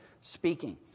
speaking